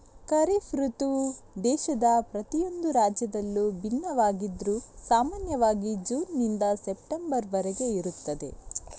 ಖಾರಿಫ್ ಋತುವು ದೇಶದ ಪ್ರತಿಯೊಂದು ರಾಜ್ಯದಲ್ಲೂ ಭಿನ್ನವಾಗಿದ್ರೂ ಸಾಮಾನ್ಯವಾಗಿ ಜೂನ್ ನಿಂದ ಸೆಪ್ಟೆಂಬರ್ ವರೆಗೆ ಇರುತ್ತದೆ